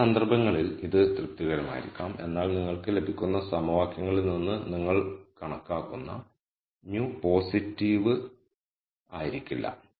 ചില സന്ദർഭങ്ങളിൽ ഇത് തൃപ്തികരമായിരിക്കാം എന്നാൽ നിങ്ങൾക്ക് ലഭിക്കുന്ന സമവാക്യങ്ങളിൽ നിന്ന് നിങ്ങൾ കണക്കാക്കുന്ന μ പോസിറ്റീവ് ആയിരിക്കില്ല